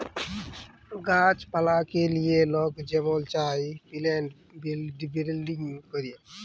গাহাছ পালাকে লিয়ে লক যেমল চায় পিলেন্ট বিরডিং ক্যরে